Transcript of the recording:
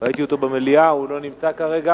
ראיתי אותו במליאה, הוא לא נמצא כרגע.